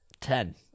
Ten